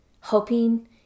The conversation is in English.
hoping